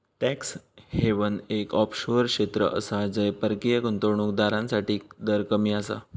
tax haven एक offshore क्षेत्र आसा जय परकीय गुंतवणूक दारांसाठी दर कमी आसा